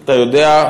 אתה יודע,